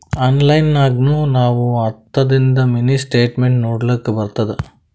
online ನಾಗ್ನು ನಾವ್ ಹತ್ತದಿಂದು ಮಿನಿ ಸ್ಟೇಟ್ಮೆಂಟ್ ನೋಡ್ಲಕ್ ಬರ್ತುದ